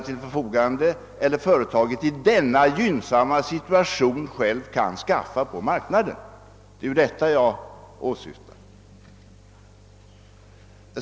Men det kan företaget självt då i den gynnsamma situationen skaffa fram på marknaden. Det är detta jag har åsyftat.